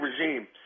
regime